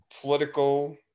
political